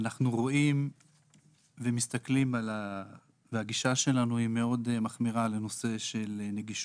אנחנו רואים ומסתכלים והגישה שלנו היא מאוד מחמירה בנושא של נגישות.